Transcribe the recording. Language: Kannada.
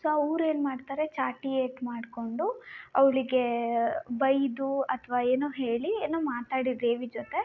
ಸೊ ಅವ್ರು ಏನು ಮಾಡ್ತಾರೆ ಚಾಟಿ ಏಟು ಮಾಡ್ಕೊಂಡು ಅವಳಿಗೆ ಬೈದು ಅಥವಾ ಏನೋ ಹೇಳಿ ಏನೋ ಮಾತಾಡಿ ದೇವಿ ಜೊತೆ